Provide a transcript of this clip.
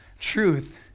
truth